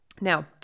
Now